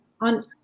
on